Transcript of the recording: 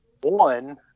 one